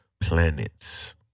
planets